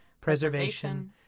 preservation